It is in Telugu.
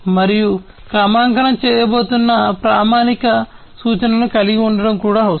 మరియు క్రమాంకనం చేయబోతున్న ప్రామాణిక సూచనను కలిగి ఉండటం కూడా అవసరం